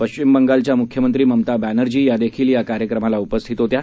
पश्चिम बंगालच्या मुख्यमंत्री ममता बॅनर्जी यादेखील या कार्यक्रमाला उपस्थित होत्या